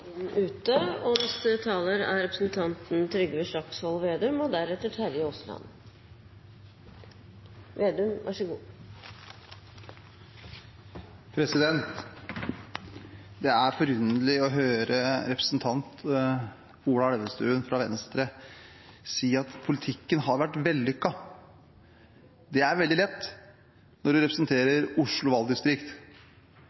ute. Det er forunderlig å høre representanten Ola Elvestuen fra Venstre si at politikken har vært vellykket. Det er veldig lett når man representerer